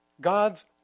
God's